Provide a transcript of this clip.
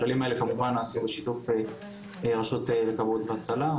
הכללים האלה נעשו כמובן בשיתוף הרשות לכבאות והצלה.